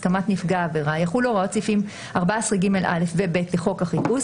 הסכמת נפגע העבירה יחולו הוראות סעיפים 14ג(א) ו-(ב) לחוק החיפוש